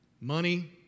money